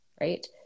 right